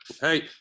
hey